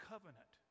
covenant